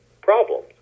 problems